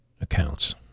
accounts